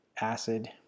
acid